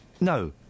No